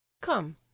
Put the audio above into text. come